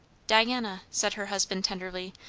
diana, said her husband tenderly,